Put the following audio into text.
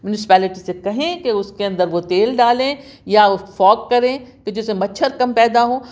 municipality سے کہیں کہ اُس کے اندر وہ تیل ڈالیں یا فوگ کریں کہ جس سے مچھر کم پیدا ہوں